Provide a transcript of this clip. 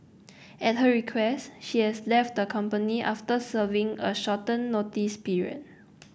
at her request she has left the company after serving a shorten notice period